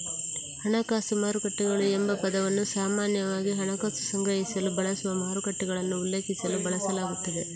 ಹಣಕಾಸು ಮಾರುಕಟ್ಟೆಗಳು ಎಂಬ ಪದವನ್ನು ಸಾಮಾನ್ಯವಾಗಿ ಹಣಕಾಸು ಸಂಗ್ರಹಿಸಲು ಬಳಸುವ ಮಾರುಕಟ್ಟೆಗಳನ್ನು ಉಲ್ಲೇಖಿಸಲು ಬಳಸಲಾಗುತ್ತದೆ